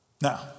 now